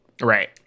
Right